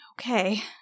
Okay